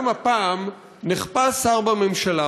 גם הפעם נחפז שר בממשלה,